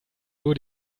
nur